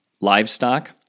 livestock